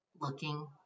looking